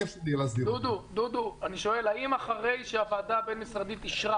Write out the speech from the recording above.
דודו, האם אחרי שהוועדה הבין-משרדית אישרה